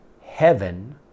heaven